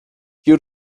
you